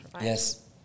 yes